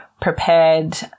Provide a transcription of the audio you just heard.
prepared